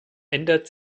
ändert